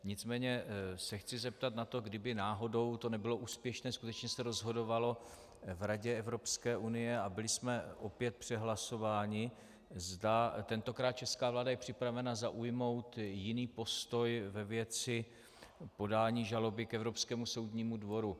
Nicméně se chci zeptat na to, kdyby náhodou to nebylo úspěšné, skutečně se rozhodovalo v Radě Evropské unie a byli bychom opět přehlasováni, zda je tentokrát česká vláda připravena zaujmout jiný postoj ve věci podání žaloby k Evropskému soudnímu dvoru.